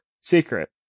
secret